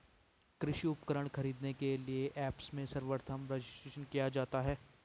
कृषि उपकरण खरीदने के लिए ऐप्स में सर्वप्रथम रजिस्ट्रेशन किया जाता है